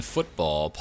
Football